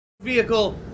vehicle